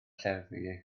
lleddfu